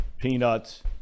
peanuts